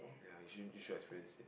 ya you should you should experience